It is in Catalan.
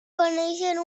conèixer